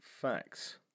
facts